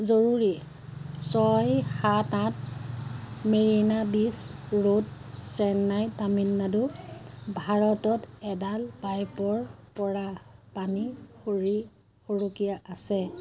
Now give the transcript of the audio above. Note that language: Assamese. জৰুৰী ছয় সাত আঠ মেৰিনা বিচ ৰোড চেন্নাই তামিলনাডু ভাৰতত এডাল পাইপৰপৰা পানী সৰি সৰকি আছে